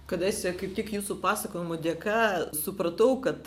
kadaise kaip tik jūsų pasakojimų dėka supratau kad